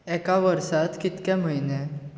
एका वर्सांत कितके म्हयने